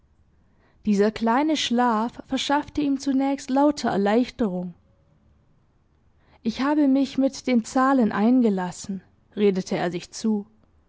dieser kleine schlaf verschaffte ihm zunächst lauter erleichterung ich habe mich mit den zahlen eingelassen redete er sich zu